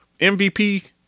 MVP